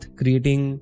creating